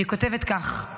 היא כותבת כך: